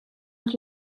het